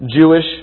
Jewish